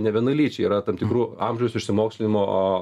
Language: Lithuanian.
nevienalyčiai yra tam tikrų amžiaus išsimokslinimo